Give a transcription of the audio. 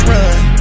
Run